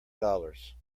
dollars